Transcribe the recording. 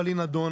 אבל היא נדונה,